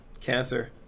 Cancer